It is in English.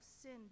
sinned